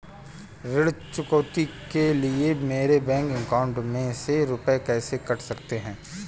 ऋण चुकौती के लिए मेरे बैंक अकाउंट में से रुपए कैसे कट सकते हैं?